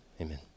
amen